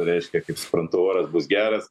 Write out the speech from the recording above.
reiškia kaip suprantu oras bus geras